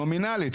נומינלית,